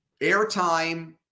airtime